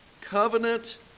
Covenant